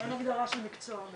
אין הגדרה של מקצוע.